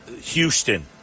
Houston